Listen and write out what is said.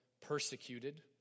persecuted